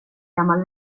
gammal